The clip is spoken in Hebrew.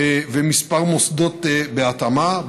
וכמה מוסדות בהתאמה.